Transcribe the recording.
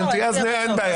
אז אין בעיה.